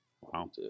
Wow